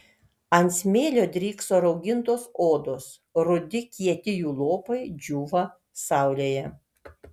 ant smėlio drykso raugintos odos rudi kieti jų lopai džiūva saulėje